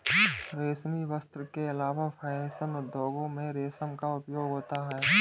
रेशमी वस्त्र के अलावा फैशन उद्योग में रेशम का उपयोग होता है